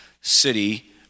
city